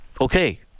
Okay